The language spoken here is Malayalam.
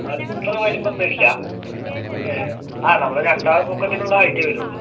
അത്ര വലിപ്പം വരില്ല ആ നമ്മളെ രണ്ടാളെ പൊക്കത്തിന് ഉള്ള ഹൈറ്റെ വരൂള്ളൂ